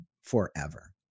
forever